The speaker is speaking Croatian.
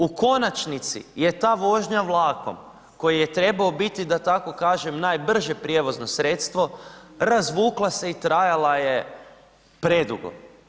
U konačnici je ta vožnja vlakom koja je trebao biti, da tako kažem, najbrže prijevozno sredstvo razvukla se i trajala je predugo.